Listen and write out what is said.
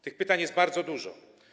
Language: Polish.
Tych pytań jest bardzo dużo.